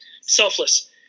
Selfless